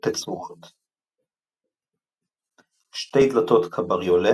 תצורות 2 דלתות - קבריולה